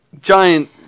giant